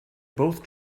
both